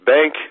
Bank